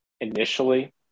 initially